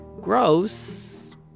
Gross